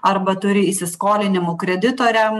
arba turi įsiskolinimų kreditoriam